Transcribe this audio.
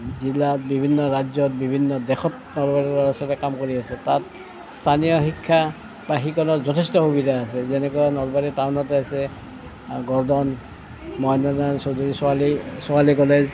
জিলাত বিভিন্ন ৰাজ্যত বিভিন্ন দেশত নলবাৰীৰ ল'ৰা ছোৱালীয়ে কাম কৰি আছে তাত স্থানীয় শিক্ষা বা শিকনত যথেষ্ট সুবিধা আছে যেনেকুৱা নলবাৰী টাউনতে আছে আৰু গৰ্ডন মহেন্দ্ৰ নাৰায়ণ চৌধুৰী ছোৱালী ছোৱালী কলেজ